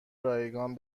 رایگان